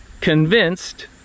convinced